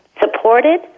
supported